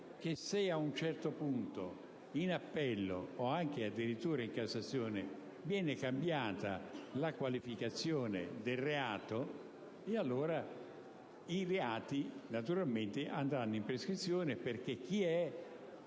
se ad un certo punto, in appello o anche addirittura in Cassazione, viene cambiata la qualificazione del reato, i reati naturalmente andranno in prescrizione, perché chi